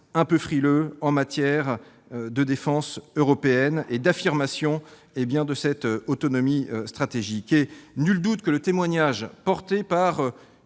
un peu frileux en matière de défense européenne et d'affirmation de notre autonomie stratégique. Il ne fait nul doute que le témoignage apporté par